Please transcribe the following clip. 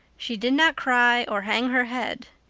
she did not cry or hang her head.